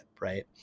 right